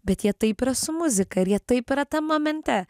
bet jie taip yra su muzika ir jie taip yra tam momente